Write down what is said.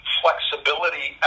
flexibility